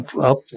up